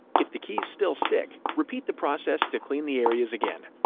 if the keys still stick, repeat the process to clean the areas again.